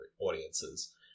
audiences